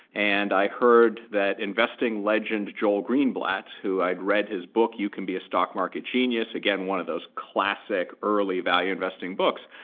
and i heard that investing legend joel greenblatt, who i'd read his book, you can be a stock market genius. again, one of those classic early value investing books,